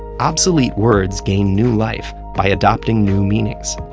obsolete words gain new life by adopting new meanings.